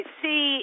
see